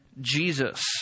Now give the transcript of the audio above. jesus